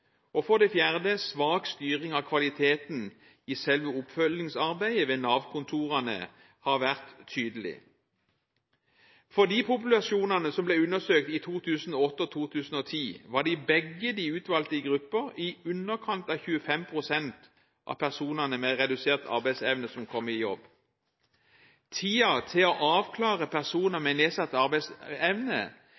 Og for det fjerde har svak styring av kvaliteten i selve oppfølgingsarbeidet ved Nav-kontorene vært tydelig. For de populasjonene som ble undersøkt i 2008 og 2010, var det i begge utvalgte grupper i underkant av 25 pst. av personene med redusert arbeidsevne som kom i jobb. Tiden til å avklare personer